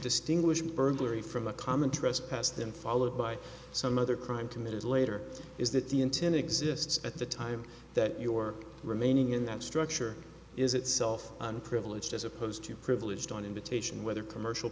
distinguish burglary from a common trespass then followed by some other crime committed later is that the intent exists at the time that your remaining in that structure is itself unprivileged as opposed to privileged on invitation whether commercial